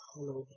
Hello